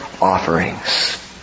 offerings